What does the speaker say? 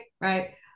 right